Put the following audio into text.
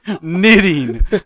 Knitting